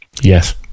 Yes